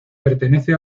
pertenece